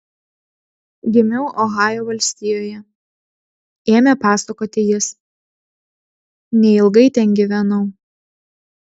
gimiau ohajo valstijoje ėmė pasakoti jis neilgai ten gyvenau